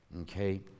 okay